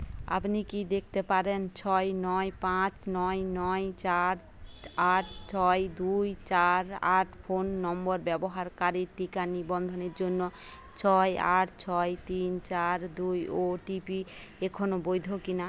আপনি কি দেখতে পারেন ছয় নয় পাঁচ নয় নয় চার আট ছয় দুই চার আট ফোন নম্বর ব্যবহারকারীর টিকা নিবন্ধনের জন্য ছয় আট ছয় তিন চার দুই ওটিপি এখনও বৈধ কিনা